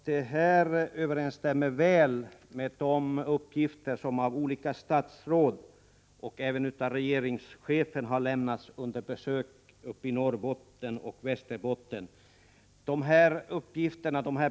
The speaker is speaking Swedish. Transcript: Det här överensstämmer väl med de uppgifter som av olika statsråd och även av regeringschefen lämnats under besök uppe i Norrbotten och Västerbotten.